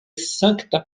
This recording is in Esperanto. sankta